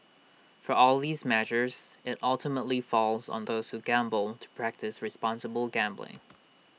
for all these measures IT ultimately falls on those who gamble to practise responsible gambling